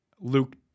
Luke